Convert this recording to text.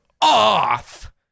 off